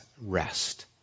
rest